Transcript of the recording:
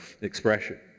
expression